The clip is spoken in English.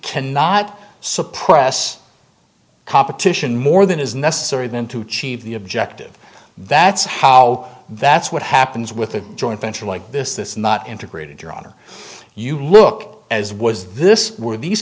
cannot suppress competition more than is necessary then to achieve the objective that's how that's what happens with a joint venture like this this is not integrated your honor you look as was this were these